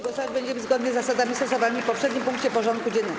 Głosować będziemy zgodnie z zasadami stosowanymi w poprzednim punkcie porządku dziennego.